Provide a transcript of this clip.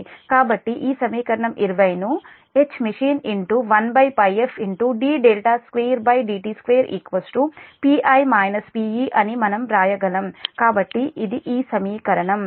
కాబట్టి ఈ సమీకరణం 20 ను Hmachine 1Πf d2dt2 Pi -Pe అని మనం వ్రాయగలము కాబట్టి అది ఈ సమీకరణం